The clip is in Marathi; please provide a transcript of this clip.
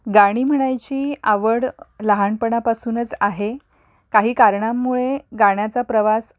गाणी म्हणायची आवड लहानपणापासूनच आहे काही कारणांमुळे गाण्याचा प्रवास